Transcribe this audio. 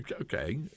Okay